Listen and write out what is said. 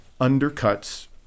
undercuts